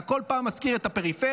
אתה כל פעם מזכיר את הפריפריה,